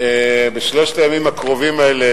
בשלושת הימים הקרובים האלה,